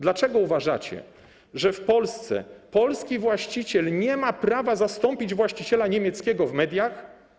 Dlaczego uważacie, że w Polsce polski właściciel nie ma prawa zastąpić właściciela niemieckiego w mediach?